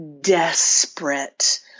desperate